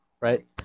right